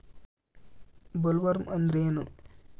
Bollworm ಅಂದ್ರೇನು?